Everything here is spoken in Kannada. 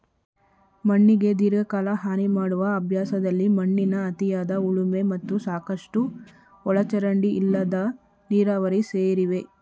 ಮಣ್ಣಿಗೆ ದೀರ್ಘಕಾಲ ಹಾನಿಮಾಡುವ ಅಭ್ಯಾಸದಲ್ಲಿ ಮಣ್ಣಿನ ಅತಿಯಾದ ಉಳುಮೆ ಮತ್ತು ಸಾಕಷ್ಟು ಒಳಚರಂಡಿ ಇಲ್ಲದ ನೀರಾವರಿ ಸೇರಿವೆ